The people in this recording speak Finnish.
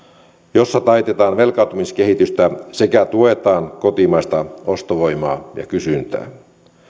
jossa taitetaan velkaantumiskehitystä sekä tuetaan kotimaista ostovoimaa ja kysyntää